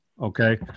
okay